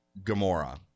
Gamora